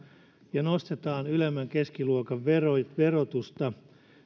ja nostetaan ylemmän keskiluokan verotusta verotusta